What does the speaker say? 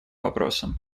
вопросом